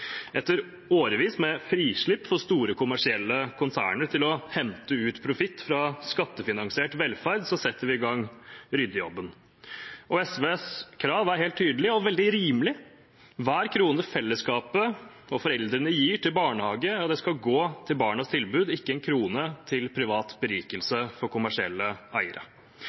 Etter årevis med frislipp for store kommersielle konserner til å hente ut profitt fra skattefinansiert velferd, setter vi i gang ryddejobben. SVs krav er helt tydelig og veldig rimelig; hver krone fellesskapet og foreldrene gir til barnehage, skal gå til barnas tilbud – ikke en krone til privat berikelse for kommersielle eiere.